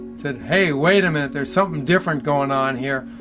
said, hey wait a minute, there's something different going on here,